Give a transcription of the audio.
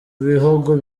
bihugu